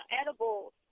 edibles